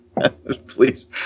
Please